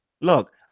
Look